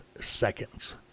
seconds